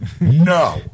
no